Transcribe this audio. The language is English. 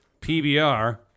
PBR